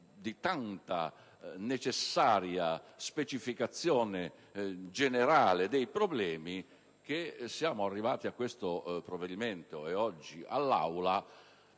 di tanta necessaria specificazione generale dei problemi, e siamo arrivati a questo provvedimento - oggi al suo